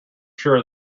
sure